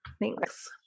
Thanks